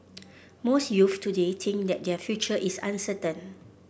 most youth today think that their future is uncertain